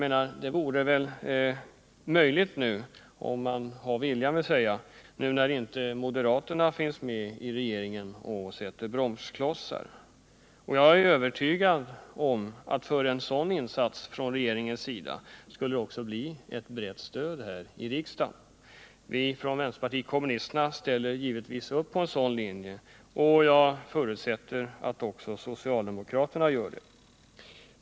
Det vore väl möjligt nu — dvs. om man har viljan — när inte moderaterna finns med i regeringen och sätter bromsklossar. Jag är övertygad om att en sådan insats från regeringens sida skulle få ett brett stöd här i riksdagen. Vi från vänsterpartiet kommunisterna ställer givetvis upp på en sådan linje, och jag förutsätter att även socialdemokraterna gör det.